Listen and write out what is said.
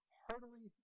heartily